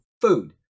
food